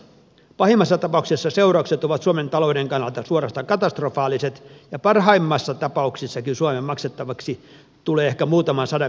pahimmassa tapauksessa seuraukset ovat suomen talouden kannalta suorastaan katastrofaaliset ja parhaimmassa tapauksessakin suomen maksettavaksi tulee ehkä muutaman sadan miljoonan tappiot